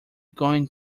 going